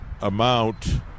amount